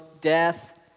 death